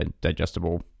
digestible